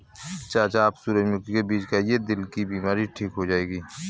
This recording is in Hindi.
चाचा आप सूरजमुखी के बीज खाइए, दिल की बीमारी ठीक हो जाएगी